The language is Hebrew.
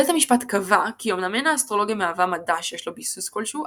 בית המשפט קבע כי אמנם אין האסטרולוגיה מהווה מדע שיש לו ביסוס כלשהו,